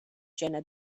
jena